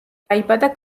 დაიბადა